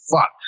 fuck